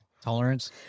Tolerance